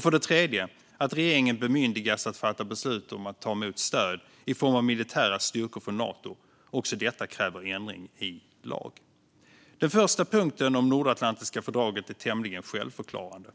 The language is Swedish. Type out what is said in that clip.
För det tredje föreslås att regeringen bemyndigas att fatta beslut om att ta emot stöd i form av militära styrkor från Nato. Också detta kräver en ändring i lagen. Den första punkten om det nordatlantiska fördraget är tämligen självförklarande.